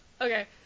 okay